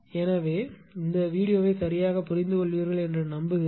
எனவே இந்த வீடியோவை சரியாக புரிந்துகொள்வீர்கள் என்று நம்புகிறேன்